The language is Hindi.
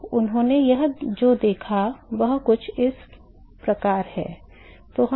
तो उन्होंने जो देखा वह कुछ इस प्रकार है